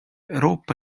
euroopa